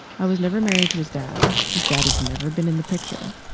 i was never married to his dad. his dad has never been in the picture.